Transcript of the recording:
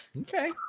Okay